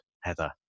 Heather